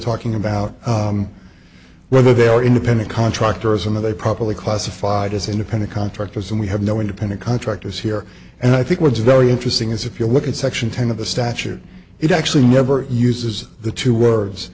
talking about whether they are independent contractors and they probably classified as independent contractors and we have no independent contractors here and i think what's very interesting is if you look at section ten of the statute it actually never uses the two words